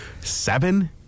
seven